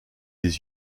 les